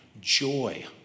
joy